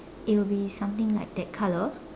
it will be something like that color